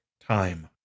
time